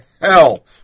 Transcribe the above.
hell